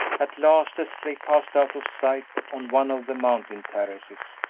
at last, as they passed out of sight on one of the mountain terraces,